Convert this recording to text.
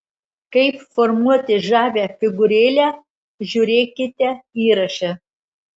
kaip formuoti žavią figūrėlę žiūrėkite įraše